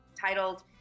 titled